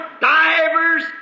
divers